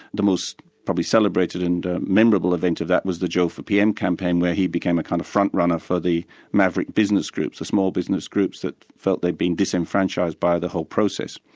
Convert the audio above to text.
the most probably celebrated and memorable event of that was the joh for pm campaign where he became a kind of frontrunner for the maverick business groups, the small business groups that felt they'd been disenfranchised by the whole process.